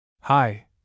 Hi